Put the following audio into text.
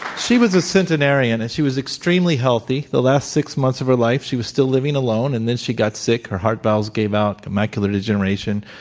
she was a centenarian, and she was extremely healthy the last six months of her life. she was still living alone and then she got sick. her heart valve gave out to macular degeneration.